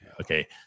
okay